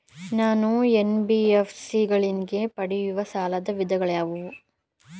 ನಾನು ಎನ್.ಬಿ.ಎಫ್.ಸಿ ಗಳಿಂದ ಪಡೆಯುವ ಸಾಲದ ವಿಧಗಳಾವುವು?